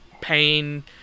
pain